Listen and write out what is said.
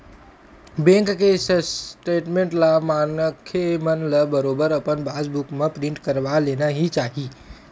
bank के statement ला मनखे मन ल बरोबर अपन पास बुक म प्रिंट करवा लेना ही चाही